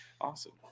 Awesome